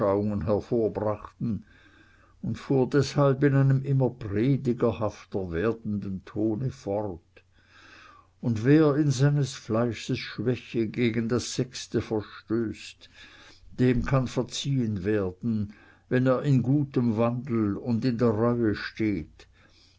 hervorbrachten und fuhr deshalb in einem immer predigerhafter werdenden tone fort und wer in seines fleisches schwäche gegen das sechste verstößt dem kann verziehen werden wenn er in gutem wandel und in der reue steht